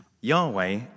Yahweh